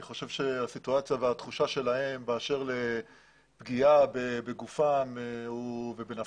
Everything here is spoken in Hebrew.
אני חושב שהסיטואציה והתחושה שלהן באשר לפגיעה בגופן ובנפשן,